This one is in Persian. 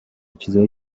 چیزای